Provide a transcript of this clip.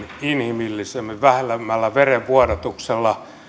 inhimillisemmin vähemmällä verenvuodatuksella